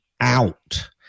out